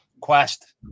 quest